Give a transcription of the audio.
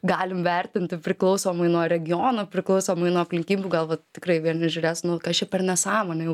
galim vertinti priklausomai nuo regiono priklausomai nuo aplinkybių gal va tikrai vieni žiūrės nu kas čia per nesąmonė jau